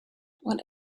what